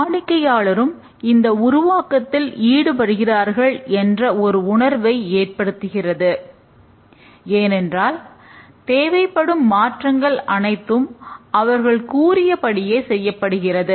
வாடிக்கையாளரும் இந்த உருவாக்கத்தில் ஈடுபட்டிருக்கிறார்கள் என்ற ஒரு உணர்வை ஏற்படுத்துகிறது ஏனென்றால் தேவைப்படும் மாற்றங்கள் அனைத்தும் அவர்கள் கூறியபடியே செய்யப்படுகிறது